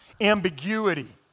ambiguity